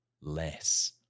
less